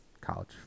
college